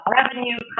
Revenue